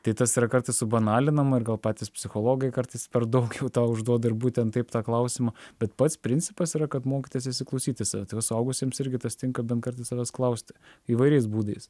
tai tas yra kartais subanalinama ir gal patys psichologai kartais per daug jau tau užduoda būtent taip tą klausimą bet pats principas yra kad mokytis įsiklausyti save suaugusiems irgi tas tinka bent kartą savęs klausti įvairiais būdais